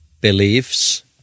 beliefs